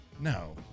No